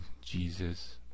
Jesus